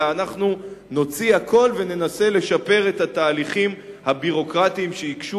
אלא אנחנו נוציא הכול וננסה לשפר את התהליכים הביורוקרטיים שהקשו